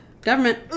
Government